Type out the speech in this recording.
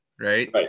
right